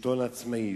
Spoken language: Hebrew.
שלטון עצמי,